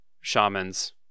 shamans